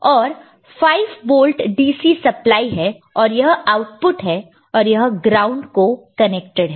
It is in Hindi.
और 5 वोल्ट dc सप्लाई है और यह आउटपुट है और यह ग्राउंड को कनेक्टड है